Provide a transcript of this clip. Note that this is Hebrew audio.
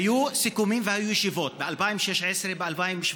היו סיכומים והיו ישיבות ב-2016, ב-2017.